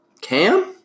Cam